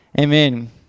Amen